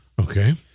Okay